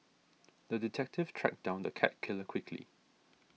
the detective tracked down the cat killer quickly